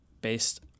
based